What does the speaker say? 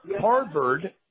Harvard